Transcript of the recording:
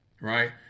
Right